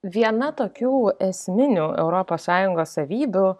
viena tokių esminių europos sąjungos savybių